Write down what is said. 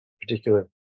particular